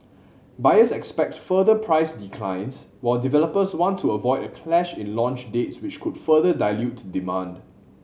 buyers expect further price declines while developers want to avoid a clash in launch dates which could further dilute demand